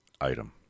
item